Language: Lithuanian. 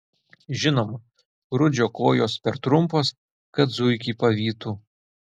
žinoma rudžio kojos per trumpos kad zuikį pavytų